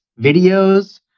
videos